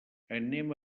anem